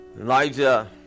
Elijah